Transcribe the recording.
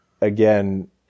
again